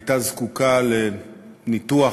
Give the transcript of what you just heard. הייתה זקוקה לניתוח